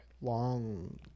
Long